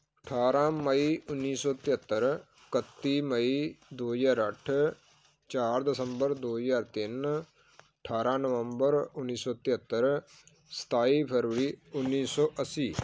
ਅਠਾਰਾਂ ਮਈ ਉੱਨੀ ਸੌ ਤਿਹੱਤਰ ਇਕੱਤੀ ਮਈ ਦੋ ਹਜ਼ਾਰ ਅੱਠ ਚਾਰ ਦਸੰਬਰ ਦੋ ਹਜ਼ਾਰ ਤਿੰਨ ਅਠਾਰਾਂ ਨਵੰਬਰ ਉੱਨੀ ਸੌ ਤਿਹੱਤਰ ਸਤਾਈ ਫ਼ਰਵਰੀ ਉੱਨੀ ਸੌ ਅੱਸੀ